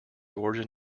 origin